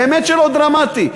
באמת לא דרמטי,